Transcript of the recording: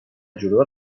جلوی